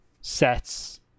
sets